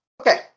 Okay